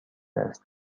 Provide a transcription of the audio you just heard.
است